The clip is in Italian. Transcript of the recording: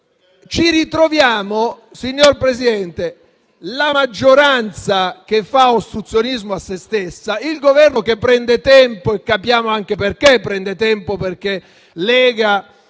Ci ritroviamo però, signor Presidente, la maggioranza che fa ostruzionismo a se stessa e il Governo che prende tempo (capiamo anche perché lo fa: Lega